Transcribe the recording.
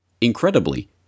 Incredibly